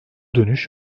dönüş